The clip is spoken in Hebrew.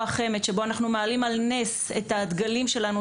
החמ"ד שבו אנחנו מעלים על נס את הדגלים שלנו,